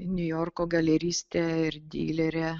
niujorko galeristė ir dylerė